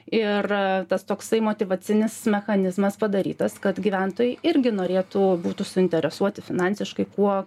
ir tas toksai motyvacinis mechanizmas padarytas kad gyventojai irgi norėtų būtų suinteresuoti finansiškai kuo